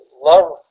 love